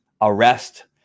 arrest